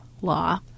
law